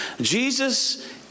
Jesus